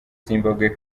zimbabwe